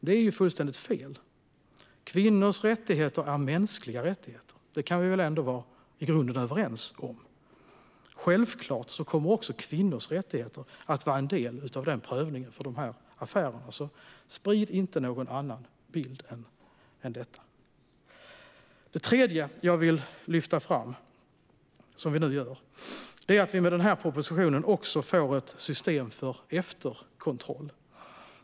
Det är fullständigt fel. Kvinnors rättigheter är mänskliga rättigheter - det kan vi väl ändå i grunden vara överens om? Självklart kommer också kvinnors rättigheter att vara en del av prövningen för de här affärerna. Sprid inte någon annan bild. Något som jag också vill lyfta fram som vi nu gör är att vi med den här propositionen får ett system för efterkontroll.